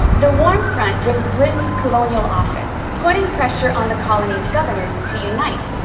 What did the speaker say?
the warm front was britain's colonial office putting pressure on the colonies' governors to unite.